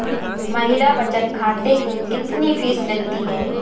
महिला बचत खाते की कितनी फीस लगती है?